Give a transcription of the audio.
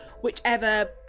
whichever